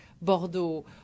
Bordeaux